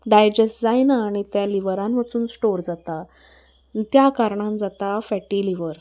digest जायना आनी त्या लिवरान वचून स्टोर जाता त्या कारणान जाता फॅटी लिवर